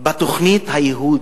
בתוכנית הייהוד,